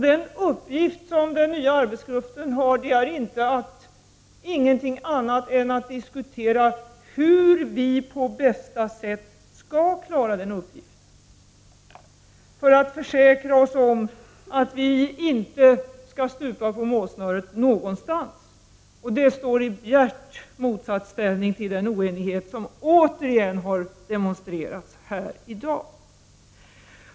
Den uppgift som den nya arbetsgruppen har är ingen annan än att diskutera hur vi på bästa sätt skall klara den uppgiften, för att försäkra oss om att vi inte skall stupa på målsnöret någonstans. Det står i bjärt motsatsställning till den oenighet som återigen har demonstrerats här i dag.